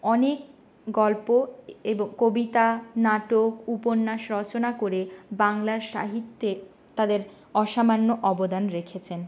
অনেক গল্প এবং কবিতা নাটক উপন্যাস রচনা করে বাংলার সাহিত্যে তাঁদের অসামান্য অবদান রেখেছেন